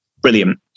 brilliant